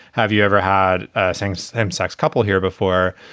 have you ever had same same sex couple here before?